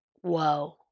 Whoa